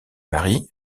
marie